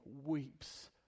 weeps